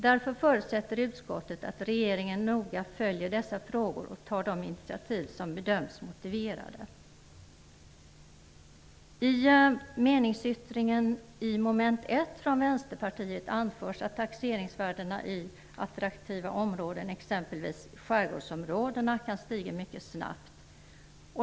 Därför förutsätter utskottet att regeringen noga följer dessa frågor och tar de initiativ som bedöms motiverade.'' I meningsyttringen från Vänsterpartiet anförs att taxeringsvärdena i attraktiva områden, exempelvis skärgårdsområdena, kan stiga mycket snabbt.